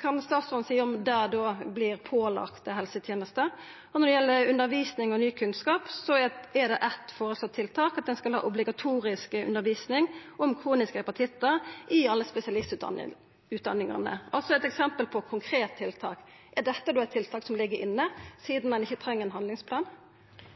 Kan statsråden seia at det då vert pålagt helsetenesta? Når det gjeld undervisning og kunnskap, er det eit foreslått tiltak at ein skal ha obligatorisk undervisning om kroniske hepatittar i alle spesialistutdanningane – også eit eksempel på eit konkret tiltak. Er dette då eit tiltak som ligg inne, sidan ein ikkje treng ein handlingsplan?